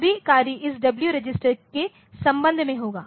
सभी कार्य इस डब्ल्यू रजिस्टर के संबंध में होगा